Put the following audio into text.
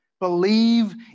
Believe